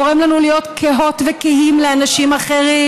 גורם לנו להיות קהות וקהים לאנשים אחרים.